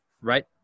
right